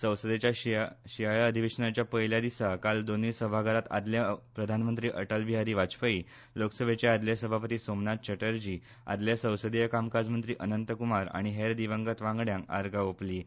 संसदेच्या शियांळ्या अधिवेशनाच्या पयल्या दिसा काल दोनूय सभाघरांत आदले प्रधानमंत्री अटल बिहारी वाजपेयी लोकसभेचे आदले सभापती सोमनाथ चॅटर्जी आदले संसदीय कामकाज मंत्री अनंत कूमार आनी हेर दिवंगत वांगड्यांक आर्गां आेंपलीं